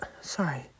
Sorry